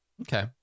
Okay